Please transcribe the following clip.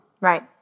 right